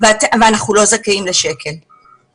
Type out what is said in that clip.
ואנחנו לא זכאים לשקל אחד.